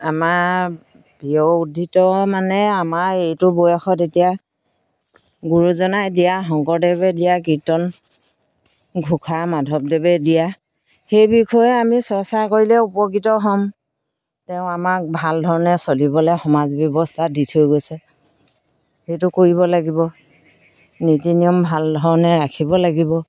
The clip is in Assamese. আমাৰ বিয় উদ্ধিত মানে আমাৰ এইটো বয়সত এতিয়া গুৰুজনাই দিয়া শংকৰদেৱে দিয়া কীৰ্তন ঘোষা মাধৱদেৱে দিয়া সেই বিষয়ে আমি চৰ্চা কৰিলে উপকৃত হ'ম তেওঁ আমাক ভাল ধৰণে চলিবলে সমাজ ব্যৱস্থা দি থৈ গৈছে সেইটো কৰিব লাগিব নীতি নিয়ম ভাল ধৰণে ৰাখিব লাগিব